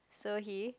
so he